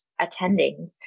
attendings